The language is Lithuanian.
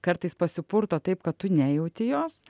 kartais pasipurto taip kad tu nejauti jos